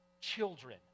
children